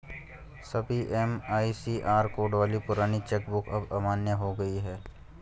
सभी MICR code वाली पुरानी चेक बुक अब अमान्य हो गयी है